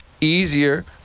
easier